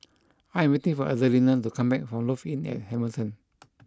I am waiting for Adelina to come back from Lofi Inn at Hamilton